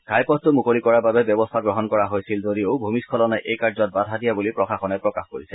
ঘাইপথটো মুকলি কৰাৰ বাবে ব্যৱস্থা গ্ৰহণ কৰা হৈছিল যদিও ভূমিস্বলনে এই কাৰ্যত বাধা দিয়া বুলি প্ৰশাসনে প্ৰকাশ কৰিছে